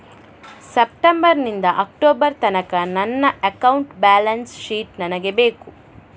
September ನಿಂದ October ತನಕ ನನ್ನ ಅಕೌಂಟ್ ಬ್ಯಾಲೆನ್ಸ್ ಶೀಟ್ ನನಗೆ ಬೇಕು